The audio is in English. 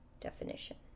definition